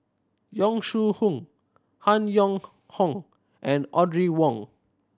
Yong Shu Hoong Han Yong Hong and Audrey Wong